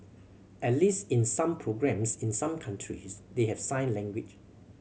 at least in some programmes in some countries they have sign language